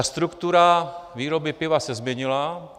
Struktura výroby piva se změnila.